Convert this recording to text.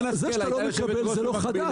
זה שאתה לא מקבל זה לא חדש.